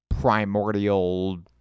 primordial